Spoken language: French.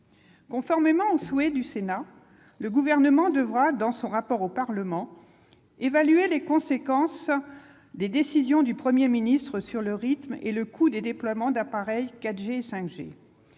Conformément au souhait du Sénat, le Gouvernement devra évaluer, dans un rapport remis au Parlement, les conséquences des décisions du Premier ministre sur le rythme et sur le coût de déploiement d'appareils de 4G